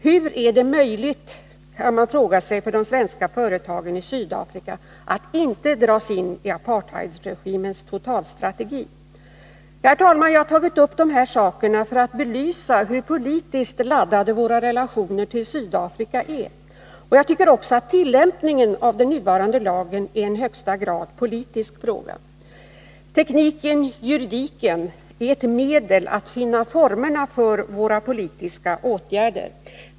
Hur är det möjligt för de svenska företagen i Sydafrika att inte dras in i apartheidregimens totalstrategi? Herr talman! Jag har tagit upp dessa frågor för att belysa hur politiskt laddade våra relationer till Sydafrika är. Jag tycker också att tillämpningen av den nuvarande lagen är en i högsta grad politisk fråga. Tekniken-juridiken är medel att finna formerna för våra politiska åtgärder.